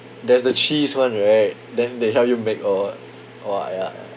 there's the cheese one right then they help you make all !wah! ya ya